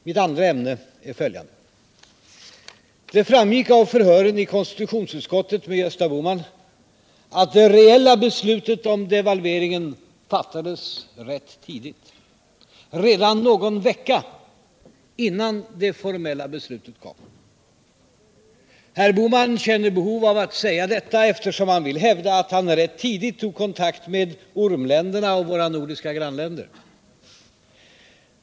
Mitt andra ämne är följande: Det framgick av förhören med Gösta Bohman i konstitutionsutskottet att det reella beslutet om devalveringen fattades rätt tidigt, redan någon vecka innan det formella beslutet kom — herr Bohman känner behov av att säga detta, eftersom han vill hävda att han rätt tidigt tog kontakt med ormenländerna och våra nordiska grannländer.